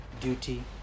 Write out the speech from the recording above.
duty